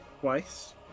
Twice